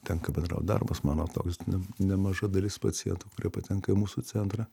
tenka bendraut darbas mano toks nemaža dalis pacientų kurie patenka į mūsų centrą